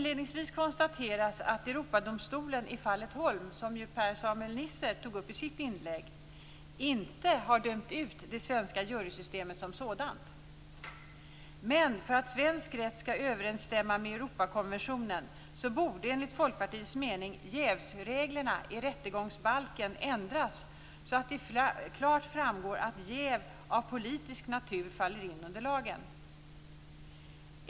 Europadomstolen har i fallet Holm - som Per-Samuel Nisser tog upp i sitt inlägg - inte dömt ut det svenska jurysystemet som sådant. Men för att svensk rätt skall överensstämma med Europakonventionen, borde - enligt Folkpartiets mening - jävsreglerna i rättegångsbalken ändras så att det klart framgår att jäv av politisk natur faller in under lagen.